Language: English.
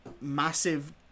massive